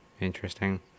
Interesting